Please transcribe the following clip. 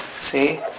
See